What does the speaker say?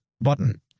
button